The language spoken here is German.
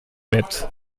mit